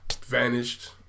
vanished